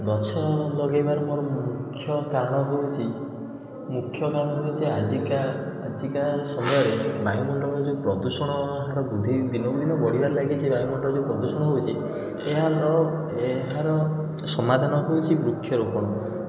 ଗଛ ମୁଁ ଲଗେଇବାର ମୋର ମୁଖ୍ୟ କାରଣ ହେଉଛି ମୁଖ୍ୟ କାରଣ ହେଉଛି ଆଜିକା ଆଜିକା ସମୟରେ ବାୟୁମଣ୍ଡଳର ଯେଉଁ ପ୍ରଦୂଷଣ ବୃଦ୍ଧି ଦିନକୁ ଦିନ ବଢ଼ିବାରେ ଲାଗିଛି ବାୟୁମଣ୍ଡଳ ଯେଉଁ ପ୍ରଦୂଷଣ ହେଉଛି ଏହା ଆମର ଏହାର ସମାଧାନ ହେଉଛି ବୃକ୍ଷ ରୋପଣ